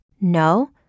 No